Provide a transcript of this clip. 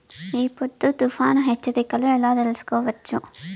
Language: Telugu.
ఈ పొద్దు తుఫాను హెచ్చరికలు ఎలా తెలుసుకోవచ్చు?